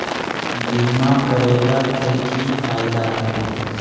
बीमा करैला के की फायदा है?